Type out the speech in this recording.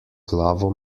glavo